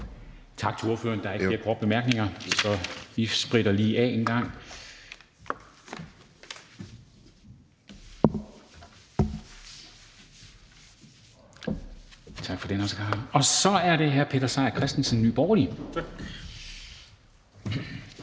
Tak til ordføreren. Der er ikke flere korte bemærkninger, så vi spritter lige af. Tak for det, Naser Khader. Så er det hr. Peter Seier Christensen, Nye Borgerlige.